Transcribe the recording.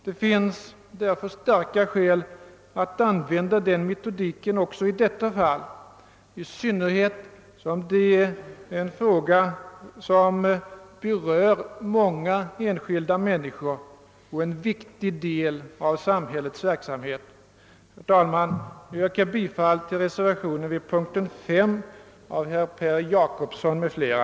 Det finns därför starka skäl att använda den metoden också i detta fall, i synnerhet som detta är en fråga som berör många enskilda människor och som är en viktig del av samhällets verksamhet. Herr talman! Jag yrkar bifall till reservationen vid punkten 5 av herr Per Jacobsson m.fl.